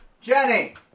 Jenny